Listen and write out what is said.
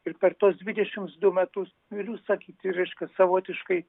ir per tuos dvidešims du metus galiu sakyti reiškia savotiškai